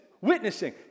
witnessing